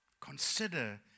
Consider